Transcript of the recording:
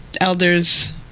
elder's